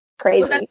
crazy